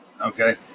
okay